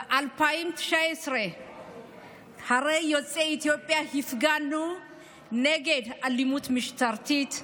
ב-2019 יוצאי אתיופיה, הפגנו נגד אלימות משטרתית,